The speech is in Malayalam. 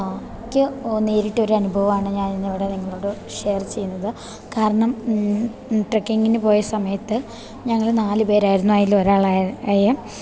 ക്ക് നേരിട്ട ഒരു അനുഭവമാണ് ഞാൻ ഇന്നിവിടെ നിങ്ങളോട് ഷെയർ ചെയ്യുന്നത് കാരണം ട്രക്കിങ്ങിന് പോയ സമയത്ത് ഞങ്ങൾ നാല് പേരായിരുന്നു അതിൽ ഒരാൾ ആയ